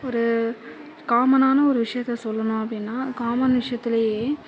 ஒரு காமனான ஒரு விஷயத்த சொல்லணும் அப்படின்னா காமன் விஷயத்துலேயே